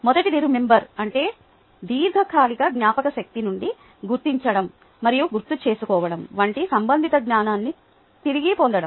మొదటిది రిమెంబర్ అంటే దీర్ఘకాలిక జ్ఞాపకశక్తి నుండి గుర్తించడం మరియు గుర్తుచేసుకోవడం వంటి సంబంధిత జ్ఞానాన్ని తిరిగి పొందడం